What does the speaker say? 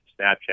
Snapchat